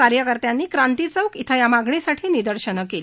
कार्यकर्त्यांनी क्रांती चौक इथं या मागणीसाठी निदर्शनं केली